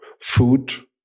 food